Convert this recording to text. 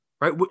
Right